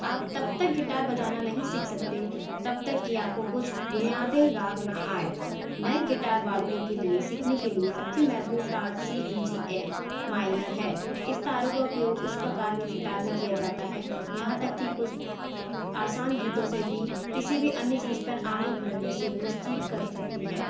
आप तब तक गिटार बजाना नहीं सीख सकते तब तक कि आपको कुछ बुनियादी राग ना आए नए गिटारवादकों के लिए सीखने के लिए सबसे महत्वपूर तार C D G A minor है इस तारों का उपयोग उस प्रकार की गिटार में किया जाता है यहाँ तक की कुछ आसान गीतों से भी किसी भी अन्य चीज पर आगे बढ़ने से निश्चित कर सकते हैं